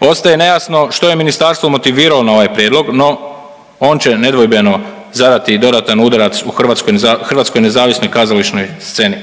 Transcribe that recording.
Ostaje nejasno što je ministarstvo motiviralo na ovaj prijedlog no on će nedvojbeno zadati i dodatan udarac u hrvatskoj nezavisnoj kazališnoj sceni.